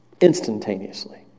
Instantaneously